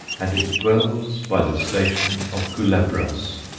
and it dwells by the station of culebras,